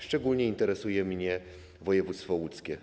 Szczególnie interesuje mnie województwo łódzkie.